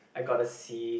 I got the C